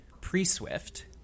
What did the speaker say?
pre-Swift